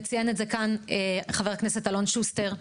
וציין את זה כאן כבר הכנסת אלון שוסטר,